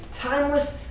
timeless